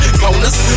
bonus